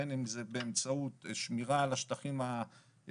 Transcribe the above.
בין אם זה באמצעות שמירה על השטחים הפתוחים,